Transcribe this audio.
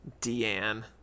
Deanne